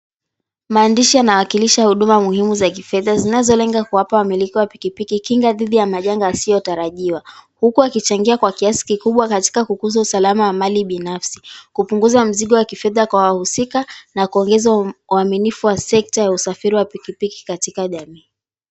Maandishi yanawakilisha huduma muhimu za kifedha zinazolenga kuwapa wamiliki wa pikipiki kinga dhidi ya majanga yasiyotarajiwa. Huku wakichangia kwa kiasi kikubwa katika kukuza usalama wa mali binafsi ,kupunguza mzigo wa kifedha kwa wahusika na kuongeza uaminifu wa sekta ya usafiri wa pikipiki katika jamii.